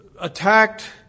attacked